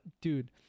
Dude